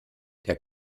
der